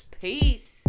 Peace